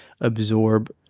absorb